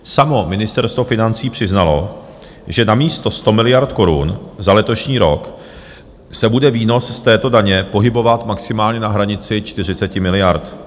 Samo Ministerstvo financí přiznalo, že namísto 100 miliard korun za letošní rok se bude výnos z této daně pohybovat maximálně na hranici 40 miliard.